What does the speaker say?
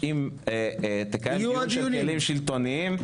אם תקיים דיון של כלים שלטוניים מתודולוגיים.